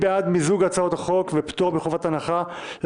לאור העובדה שיש שם כבר הליכים משפטיים של זוגות שרוצים להתגרש או